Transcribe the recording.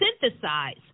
synthesize